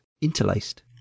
interlaced